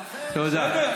תודה.